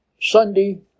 Sunday